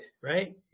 right